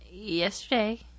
yesterday